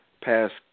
past